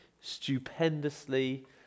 stupendously